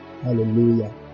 Hallelujah